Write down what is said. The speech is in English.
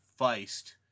Feist